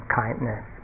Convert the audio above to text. kindness